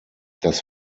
das